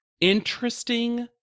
interesting